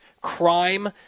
crime